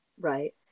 Right